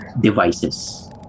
devices